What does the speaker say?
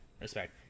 Respect